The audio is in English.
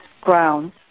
grounds